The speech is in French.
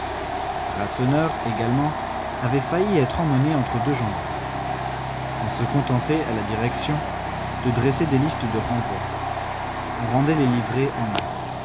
rasseneur également avait failli être emmené entre deux gendarmes on se contentait à la direction de dresser des listes de renvoi on rendait les livrets en masse